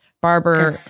barber